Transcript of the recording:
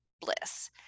bliss